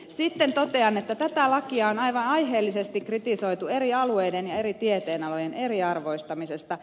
sitten totean että tätä lakia on aivan aiheellisesti kritisoitu eri alueiden ja eri tieteenalojen eriarvoistamisesta